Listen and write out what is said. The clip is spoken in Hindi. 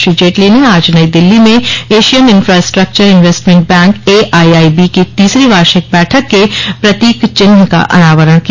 श्री जेटली ने आज नई दिल्ली में Asian infrastructure investment bank AIIB की तीसरी वार्षिक बैठक के प्रतीक चिन्ह का अनावरण किया